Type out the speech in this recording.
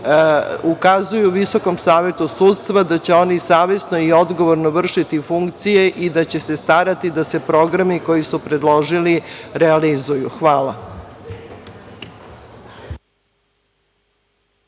ukazuju Visokom savetu sudstva da će oni savesno i odgovorno vršiti funkcije i da će se starati da se programi koji su predložili, realizuju. Hvala.